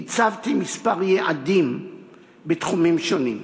הצבתי כמה יעדים בתחומים שונים: